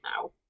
now